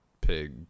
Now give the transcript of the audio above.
pig